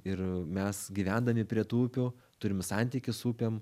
ir mes gyvendami prie tų upių turim santykį upėm